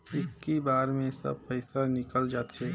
इक्की बार मे सब पइसा निकल जाते?